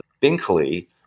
Binkley